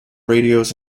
radios